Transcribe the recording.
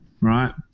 Right